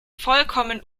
vollkommen